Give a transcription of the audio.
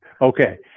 Okay